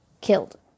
killed